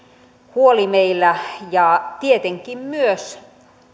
huoli meillä ja tietenkin myös